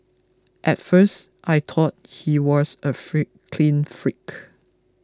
at first I thought he was a clean freak